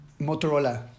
Motorola